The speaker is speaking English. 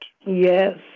Yes